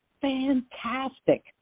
fantastic